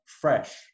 fresh